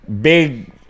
big